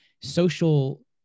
Social